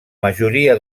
majoria